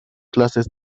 clases